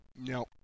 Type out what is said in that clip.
no